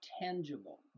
tangible